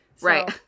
Right